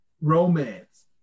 romance